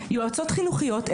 יועצות חינוכיות,